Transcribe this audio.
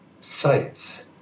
sites